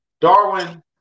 Darwin